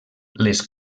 les